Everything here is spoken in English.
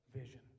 vision